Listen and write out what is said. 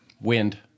Wind